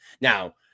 now